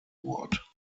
wort